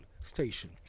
station